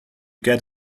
get